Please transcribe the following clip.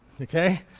Okay